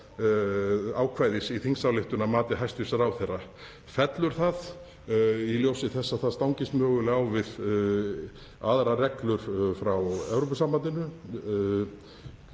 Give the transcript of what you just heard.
ákvæðis í þingsályktun að mati hæstv. ráðherra? Fellur það í ljósi þess að það stangast mögulega á við aðrar reglur frá Evrópusambandinu?